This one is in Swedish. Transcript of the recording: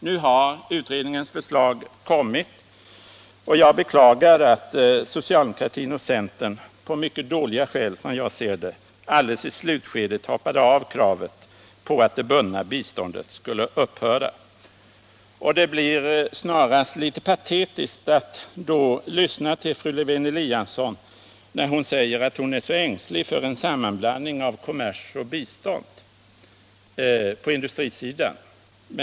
Nu har utredningens förslag kommit, och jag beklagar att socialdemokratin och centern på mycket dåliga skäl, som jag ser det, alldeles i slutskedet hoppade av kravet på att det bundna biståndet skulle upphöra. Det blir då snarast litet patetiskt att lyssna till fru Lewén-Eliasson, när hon säger att hon är så ängslig för en sammanblandning av kommers och bistånd på industrisidan.